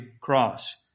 cross